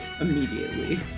immediately